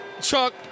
Chuck